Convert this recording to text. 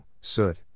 soot